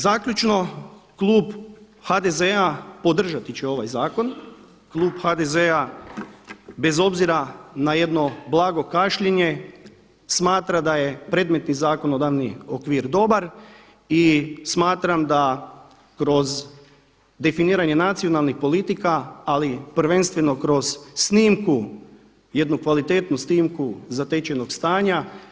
Zaključno klub HDZ-a podržati će ovaj zakon, klub HDZ-a bez obzira na jedno blago kašnjenje smatra da je predmetni zakonodavni okvir dobar i smatram da kroz definiranje nacionalnih politika ali prvenstveno kroz snimku jednu kvalitetnu snimku zatečenog stanja.